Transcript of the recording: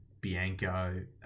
Bianco